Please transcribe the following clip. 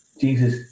Jesus